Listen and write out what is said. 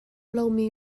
lomi